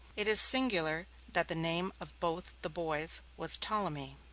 it is singular that the name of both the boys was ptolemy.